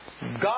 God